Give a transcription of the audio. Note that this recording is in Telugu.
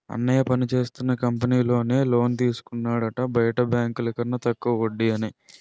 అన్నయ్య పనిచేస్తున్న కంపెనీలో నే లోన్ తీసుకున్నాడట బయట బాంకుల కన్న తక్కువ వడ్డీ అని